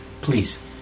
Please